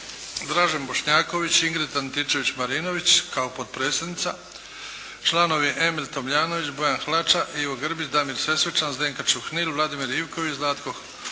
Dražen Bošnjaković, Ingrid Antičević-Marinović kao potpredsjednica, članovi Emil Tomljanović, Bojan Hlaća, Ivo Grbić, Damir Sesvečan, Zdenka Čuhnil, Vladimir Ivković, Zlatko Hovrat,